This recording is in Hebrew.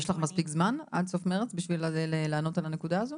יש לך מספיק זמן עד סוף מרץ בשביל לענות על הנקודה הזאת?